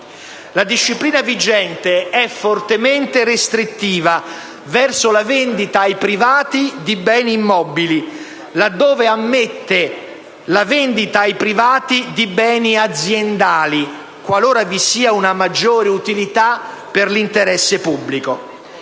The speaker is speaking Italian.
La disciplina vigente è fortemente restrittiva verso la vendita a privati di beni immobili, laddove ammette la vendita a privati di beni aziendali («qualora vi sia una maggiore utilità per l'interesse pubblico»).